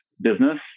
business